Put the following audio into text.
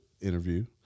interview